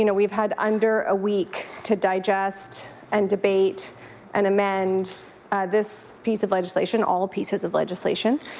and we've had under a week to digest and debate and amend this piece of legislation all pieces of legislation,